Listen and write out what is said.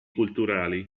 culturali